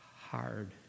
hard